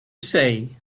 say